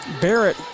Barrett